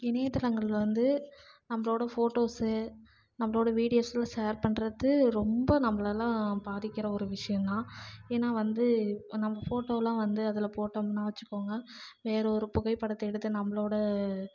இணையதளங்கள் வந்து நம்மளோட ஃபோட்டோஸ்ஸு நம்மளோட வீடியோஸ்லாம் ஷேர் பண்ணுறது ரொம்ப நம்மளலாம் பாதிக்கிற ஒரு விஷயந்தான் ஏன்னா வந்து நம்ம ஃபோட்டோலாம் வந்து அதில் போட்டோம்ன்னால் வச்சிக்கோங்க வேற ஒரு புகைப்படத்தை எடுத்து நம்மளோட